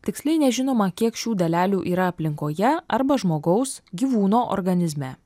tiksliai nežinoma kiek šių dalelių yra aplinkoje arba žmogaus gyvūno organizme